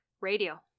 Radio